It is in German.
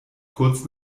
kurz